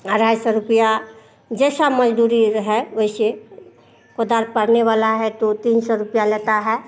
अढ़ाई सौ रूपया जैसा मजदूरी रहे वैसे कोदाल पड़ने वाला है तो तीन सौ रुपया लेता है